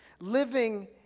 living